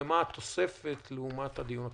ומה התוספת לעומת הדיון הקודם.